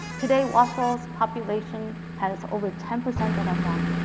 today, wausau's population has over ten percent that are hmong.